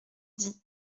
dit